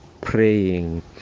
praying